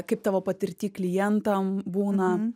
kaip tavo patirty klientam būna